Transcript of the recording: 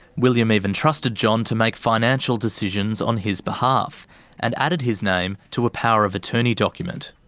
william even trusted john to make financial decisions on his behalf and added his name to a power of attorney document.